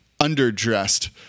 underdressed